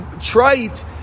trite